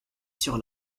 sur